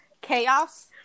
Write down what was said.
chaos